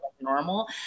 normal